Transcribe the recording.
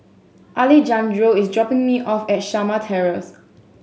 Alejandro is dropping me off at Shamah Terrace